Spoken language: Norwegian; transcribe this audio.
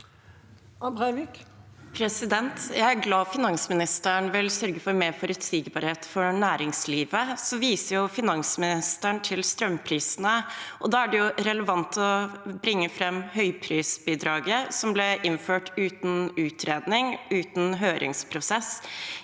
Jeg er glad for at finans- ministeren vil sørge for mer forutsigbarhet for nærings livet. Han viser til strømprisene, og da er det relevant å bringe fram høyprisbidraget, som ble innført uten utredning og høringsprosess.